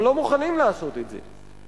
אבל לא מוכנים לעשות את זה,